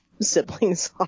siblings